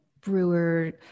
brewer